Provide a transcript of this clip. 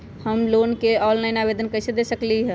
हम लोन के ऑनलाइन आवेदन कईसे दे सकलई ह?